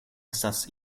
estas